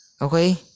Okay